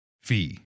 fee